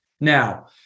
Now